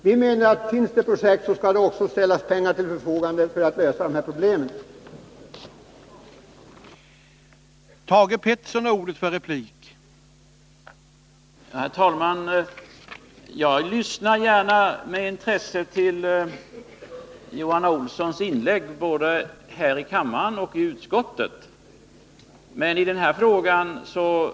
Vi menar att har vi projekt så skall det också ställas pengar till förfogande för att lösa dessa problem. Nu gäller det alltså att få fram realistiska förslag